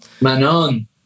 Manon